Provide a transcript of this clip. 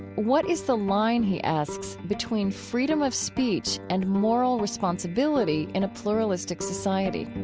what is the line, he asks, between freedom of speech and moral responsibility in a pluralistic society?